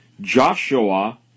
Joshua